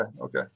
okay